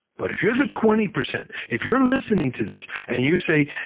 but if you're the twenty percent, if you're listening to this and you say,